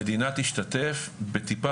המדינה תשתתף בטיפה,